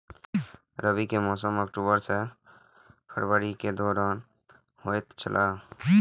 रबी के मौसम अक्टूबर से फरवरी के दौरान होतय छला